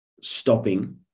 stopping